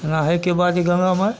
एना होइके बाद जे गङ्गा माइ